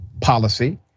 policy